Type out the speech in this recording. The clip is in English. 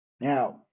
now